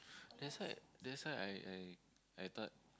that's why that's why I I I thought